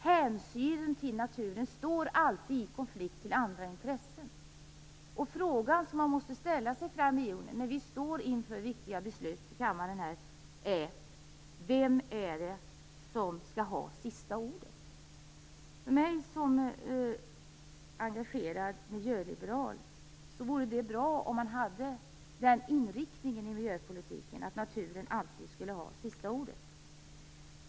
Hänsynen till naturen står alltid i konflikt med andra intressen. Den fråga som man måste ställa sig framöver när vi står inför viktiga beslut i denna kammare är: Vem skall ha sista ordet? Jag som engagerad miljöliberal tycker att det vore bra om miljöpolitiken hade inriktningen att naturen alltid skall ha sista ordet.